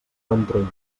ventrell